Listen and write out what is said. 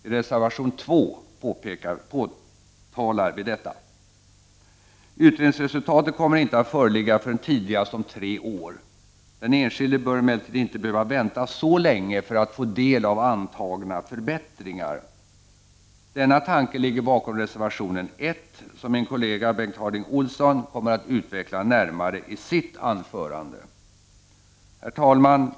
I reservation 2 påtalar vi detta. Utredningsresultatet kommer inte att föreligga förrän tidigast om tre år. Den enskilde bör emellertid inte behöva vänta så länge för att få del av antagna förbättringar. Denna tanke ligger bakom reservation 1 som min kollega Bengt Harding Olson kommer att utveckla närmare i sitt anförande. Herr talman!